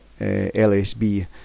LSB